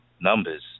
numbers